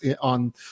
on